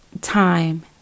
time